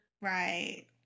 Right